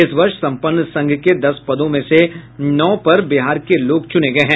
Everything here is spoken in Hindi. इस वर्ष सम्पन्न संघ के दस पदों में से नौ पर बिहार के लोग चुने गये हैं